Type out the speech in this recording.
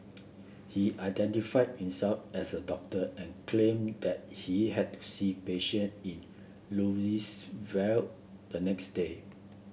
he identified himself as a doctor and claim that he had to see patient in Louisville the next day